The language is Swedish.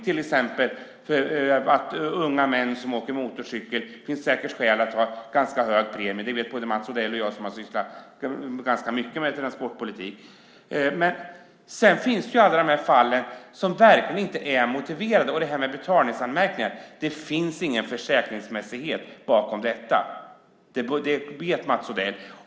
För unga män som åker motorcykel, till exempel, finns det säkert skäl att ha ganska höga premier; det vet både Mats Odell och jag som har sysslat ganska mycket med transportpolitik. Men sedan finns alla de här fallen där det verkligen inte är motiverat. När det gäller betalningsanmärkningar finns det ingen försäkringsmässighet bakom detta. Det vet Mats Odell.